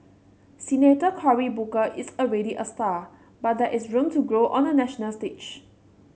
Senator Cory Booker is already a star but there is room to grow on the national stage